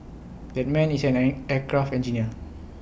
that man is an air aircraft engineer